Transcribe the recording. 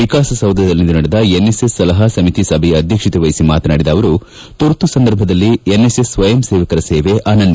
ವಿಕಾಸಸೌಧದಲ್ಲಿಂದು ನಡೆದ N S S ಸಲಹಾ ಸಮಿತಿ ಸಭೆಯ ಅಧ್ಯಕ್ಷತೆ ವಹಿಸಿ ಮಾತನಾಡಿದ ಅವರು ತುರ್ತುಸಂದರ್ಭದಲ್ಲಿ ಎನ್ಎಸ್ ಎಸ್ ಸ್ವಯಂಸೇವಕರ ಸೇವೆ ಅನನ್ನ